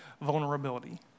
vulnerability